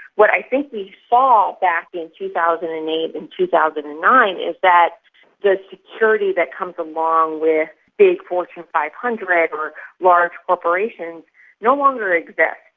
what i think we saw back in two thousand and eight and two thousand and nine is that the security that comes along with big fortune five hundred or large corporations no longer exists,